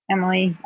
Emily